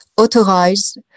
authorize